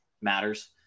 matters